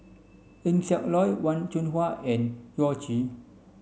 Eng Siak Loy Wen Jinhua and Yao Zi